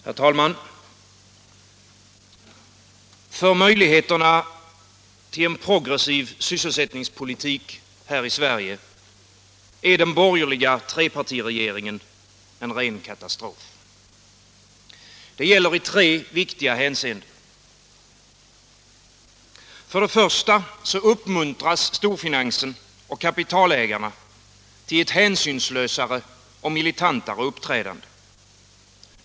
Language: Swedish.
Herr talman! För möjligheterna till en progressiv sysselsättningspolitik här i Sverige är den borgerliga trepartiregeringen en ren katastrof. Det gäller i tre viktiga hänseenden. Arbetsmarknadspolitiken Arbetsmarknadspolitiken För det första uppmuntras storfinansen och kapitalägarna till ett hänsynslösare och militantare uppträdande.